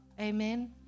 Amen